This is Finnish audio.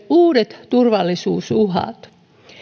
uudet turvallisuusuhat